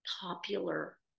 popular